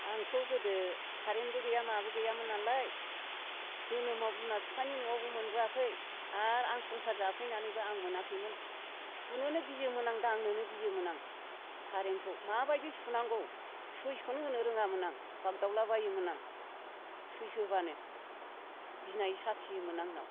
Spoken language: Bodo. आंथ' गोदो कारेनबो गैया माबो गैयामोन नालाय जोनोमाव बिमा बिफानि न'आवबो मोनबोआखै आरो आं संसार जाफैनानैबो आं मोनाखैमोन सुनोनो गियोमोन आं दांनोनो गियोमोन आं कारेनखौ माबायदि सुनांगौ सुइट्सखौनो होनो रोङामोन आं बागदावलाबायोमोन आं सुइट्स होब्लानो गिनाय साफियोमोन आंनाव